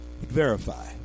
verify